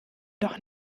doch